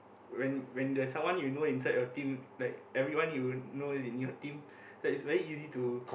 when when the someone you know inside your team like everyone you know is in your team like it's very easy to